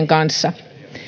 kanssa